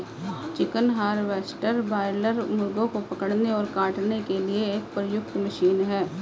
chicken harvester broiler मुर्गों को पकड़ने और काटने के लिए प्रयुक्त एक मशीन है